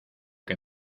que